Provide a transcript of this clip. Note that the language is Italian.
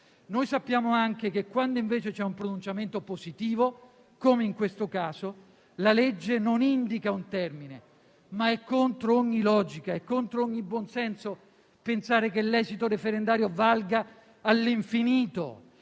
Noi sappiamo anche che, quando invece c'è un pronunciamento positivo (come in questo caso), la legge non indica un termine, ma è contro ogni logica e contro ogni buon senso pensare che l'esito referendario valga all'infinito.